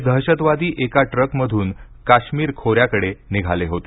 हे दहशतवादी एका टूकमधून काश्मीर खोऱ्याकडे निघाले होते